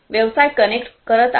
व्यवसाय कनेक्ट करत आहे